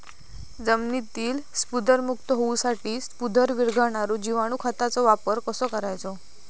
जमिनीतील स्फुदरमुक्त होऊसाठीक स्फुदर वीरघळनारो जिवाणू खताचो वापर कसो करायचो?